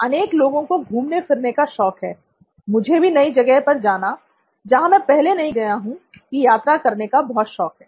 अनेक लोगों को घूमने फिरने का शौक है मुझे भी नई जगह पर जाना जहां मैं पहले नहीं गया हूं की यात्रा करने का बहुत शौक है